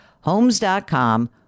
Homes.com